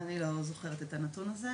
אני לא זוכרת את הנתון הזה,